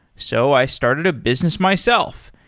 so, i started a business myself,